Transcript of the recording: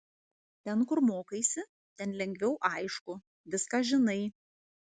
ten kur mokaisi ten lengviau aišku viską žinai